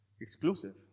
exclusive